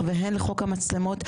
שהמדינה לא תמכור אותנו במצלמות.